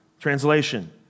Translation